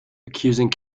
accusing